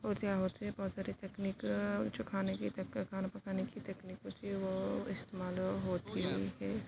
اور کیا ہوتے بہت سارے تکنیک جو کھانے کے تک کھانا پکانے کی تکنیک ہوتی ہے وہ استعمال ہوتی ہے